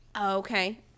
Okay